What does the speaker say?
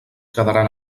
quedaran